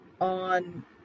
on